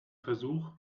versuch